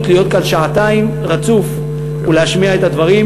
להיות כאן שעתיים רצוף ולהשמיע את הדברים.